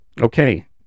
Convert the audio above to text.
Okay